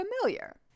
familiar